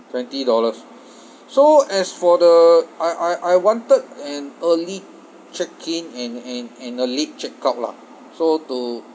twenty dollars so as for the I I I wanted an early check in and and and a late check out lah so to